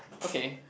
okay